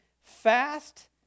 fast